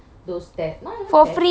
for free right